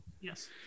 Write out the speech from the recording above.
Yes